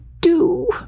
do